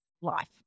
life